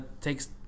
takes